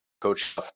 Coach